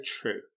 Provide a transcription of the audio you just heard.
TRUE